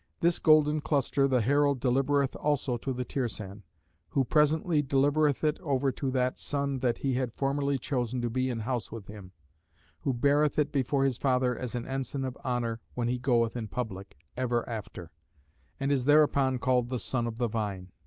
this golden cluster the herald delivereth also to the tirsan who presently delivereth it over to that son that he had formerly chosen to be in house with him who beareth it before his father as an ensign of honour when he goeth in public, ever after and is thereupon called the son of the vine.